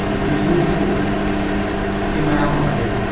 ꯅꯨꯄꯤꯁꯤꯡꯒꯤꯁꯨ scheme ꯃꯌꯥꯝ ꯑꯃ ꯂꯩ